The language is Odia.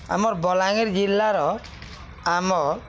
ଆମର୍ ବଲାଙ୍ଗୀର୍ ଜିଲ୍ଲାର ଆମ